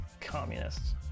communists